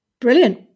Brilliant